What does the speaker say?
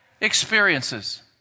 experiences